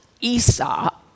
Esau